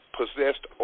possessed